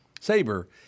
Sabre